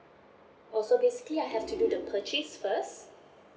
oh so basically I have to do the purchase first